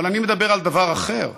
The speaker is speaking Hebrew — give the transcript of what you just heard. אבל אני מדבר על דבר אחר.